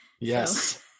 Yes